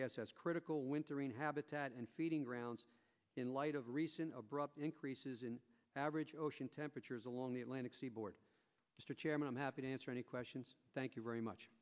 bass as critical wintering habitat and feeding grounds in light of an abrupt increases in average ocean temperatures along the atlantic seaboard mr chairman i'm happy to answer any questions thank you very much